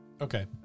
Okay